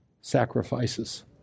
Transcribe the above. sacrifices